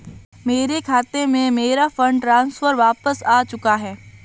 मेरे खाते में, मेरा फंड ट्रांसफर वापस आ चुका है